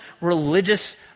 religious